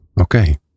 Okay